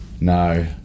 No